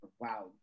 wow